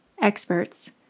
experts